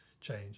change